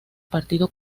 partido